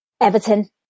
Everton